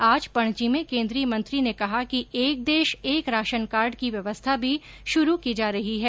आज पणजी में केन्द्रीय मंत्री ने कहा कि एक देश एक राशन कार्ड की व्यवस्था भी शुरू की जा रही है